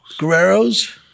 Guerreros